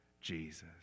Jesus